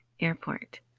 airport